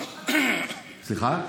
סליחה?